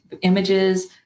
images